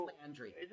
Landry